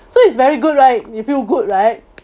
so it's very good right you feel good right